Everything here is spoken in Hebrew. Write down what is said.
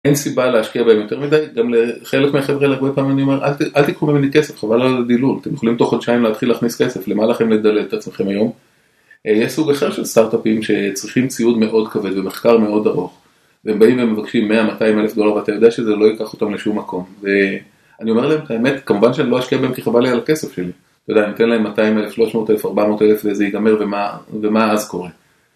אין סיבה להשקיע בהם יותר מדי, גם לחלק מהחבר'ה הרבה פעמים אני אומר אל תקחו ממני כסף, חבל על הדילול. אתם יכולים תוך חודשיים להתחיל להכניס כסף, למה לכם לדלל את עצמכם היום. יש סוג אחר של סארטאפים שצריכים ציוד מאוד כבד ומחקר מאוד ארוך והם באים ומבקשים 100-200 אלף דולר, ואתה יודע שזה לא ייקח אותם לשום מקום, ואני אומר להם את האמת, כמובן שאני לא אשקיע בהם כי חבל לי על הכסף שלי. אתה יודע אני אתן להם 200-300-400 אלף וזה ייגמר ומה אז קורה